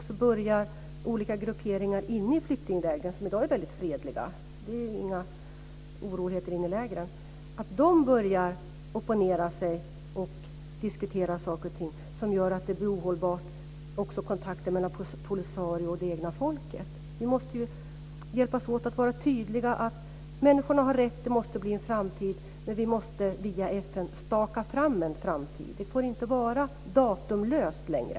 Då kan olika grupperingar inne i flyktinglägren, som i dag är väldigt fredliga, börja opponera sig och diskutera saker och ting vilket kan göra att även kontakterna mellan Polisario och det egna folket blir ohållbara. Vi måste ju hjälpas åt att vara tydliga. Människorna har rätt, det måste bli en framtid, men vi måste via FN staka fram en framtid. Det får inte vara datumlöst längre.